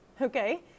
okay